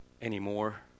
anymore